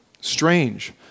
strange